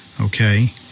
Okay